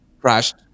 crashed